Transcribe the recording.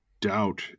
doubt